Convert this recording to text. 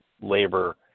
labor